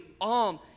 on